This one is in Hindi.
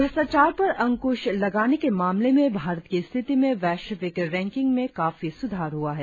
भ्रष्टाचार पर अंकुश लगाने के मामले में भारत की स्थिति में वैश्विक रैंकिंग में काफी सुधार हुआ है